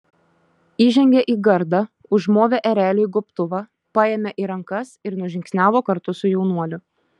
įžengė į gardą užmovė ereliui gobtuvą paėmė į rankas ir nužingsniavo kartu su jaunuoliu